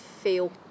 feel